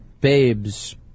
Babes